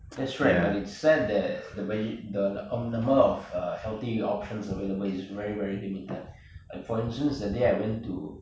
that's right but it's sad that the vege~ the the amount of uh healthy options available is very very limited and like for instance that day I went to